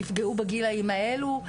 נפגעו בגילאים האלו,